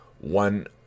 one